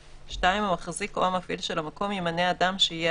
(2) המחזיק או המפעיל של המקום ימנה אדם שיהיה